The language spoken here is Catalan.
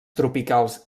tropicals